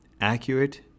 accurate